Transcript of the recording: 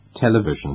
Television